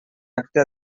acte